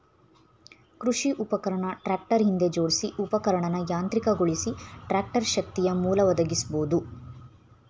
ಕೃಷಿ ಉಪಕರಣ ಟ್ರಾಕ್ಟರ್ ಹಿಂದೆ ಜೋಡ್ಸಿ ಉಪಕರಣನ ಯಾಂತ್ರಿಕಗೊಳಿಸಿ ಟ್ರಾಕ್ಟರ್ ಶಕ್ತಿಯಮೂಲ ಒದಗಿಸ್ಬೋದು